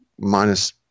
minus –